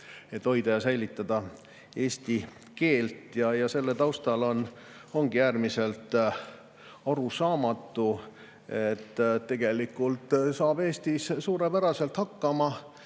hoida ja säilitada eesti keelt. Selle taustal ongi äärmiselt arusaamatu, kuidas saab tegelikult Eestis suurepäraselt hakkama